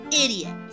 Idiot